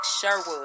Sherwood